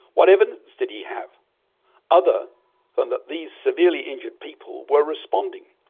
what evidence did he have other than that these severely injured people were responding?